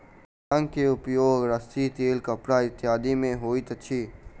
भांग के उपयोग रस्सी तेल कपड़ा इत्यादि में होइत अछि